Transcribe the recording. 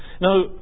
Now